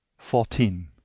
fourteen.